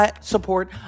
support